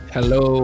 Hello